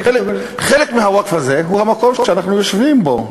חלק מהווקף הזה הוא המקום שאנחנו יושבים בו.